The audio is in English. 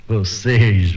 Vocês